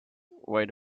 why